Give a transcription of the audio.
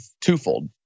twofold